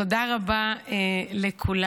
תודה רבה לכולם,